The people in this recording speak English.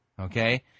okay